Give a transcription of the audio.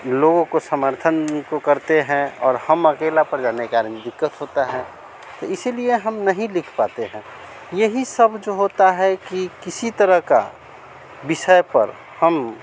लोगों को समर्थन उनको करते हैं और हम अकेले पड़ जाने कारण दिक़्क़त होती है इसीलिए हम नहीं लिख पाते हैं यही सब जो होता है कि किसी तरह का विषय पर हम